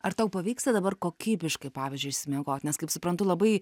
ar tau pavyksta dabar kokybiškai pavyzdžiui išsimiegot nes kaip suprantu labai